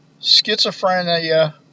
Schizophrenia